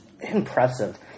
impressive